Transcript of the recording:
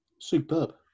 Superb